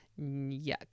yuck